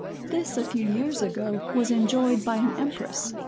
this a few years ago, was enjoyed by an empress,